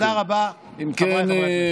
תודה רבה, חבריי חברי הכנסת.